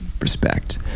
respect